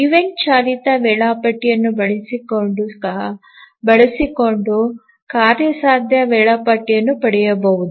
event ಚಾಲಿತ ವೇಳಾಪಟ್ಟಿಯನ್ನು ಬಳಸಿಕೊಂಡು ಕಾರ್ಯಸಾಧ್ಯ ವೇಳಾಪಟ್ಟಿಯನ್ನು ಪಡೆಯಬಹುದು